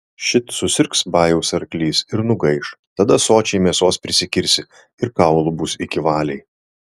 šit susirgs bajaus arklys ir nugaiš tada sočiai mėsos prisikirsi ir kaulų bus iki valiai